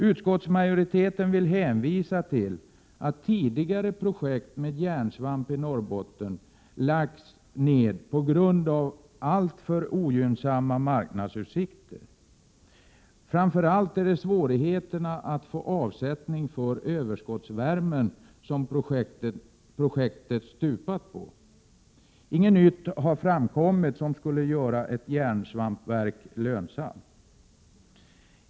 Utskottsmajoriteten vill hänvisa till att tidigare projekt med järnsvampi Norrbotten lagts ned på grund av alltför ogynnsamma marknadsutsikter. Framför allt är det svårigheterna att få avsättning för överskottsvärmen som projektet stupat på. Inget nytt har framkommit som skulle göra ett järnsvampverk lönsamt.